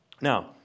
Now